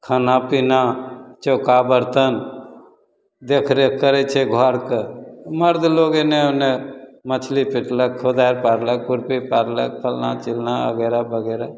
खाना पिना चौका बरतन देखरेख करै छै घरके मरद लोक एन्ने ओन्ने मछली पिटलक कोदारि पाड़लक खुरपी पाड़लक फल्लाँ चिल्लाँ अगैरह वगैरह